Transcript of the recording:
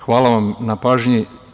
Hvala vam na pažnji.